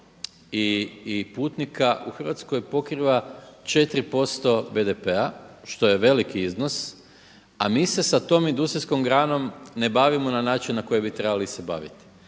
i putnika, u Hrvatskoj pokriva 4% BDP-a, što je veliki iznos, a mi se sa tom industrijskom granom ne bavimo na način na koji trebali se baviti.